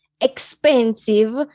expensive